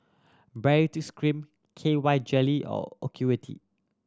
Baritex Cream K Y Jelly or Ocuvite